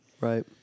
Right